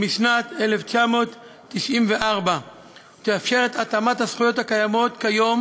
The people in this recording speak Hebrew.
משנת 1994 ותאפשר את התאמת הזכויות הקיימות כיום